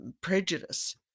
prejudice